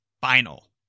final